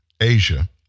Asia